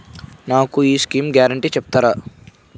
నాకు ఈ schemes guarantee చెప్తారా?